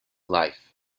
life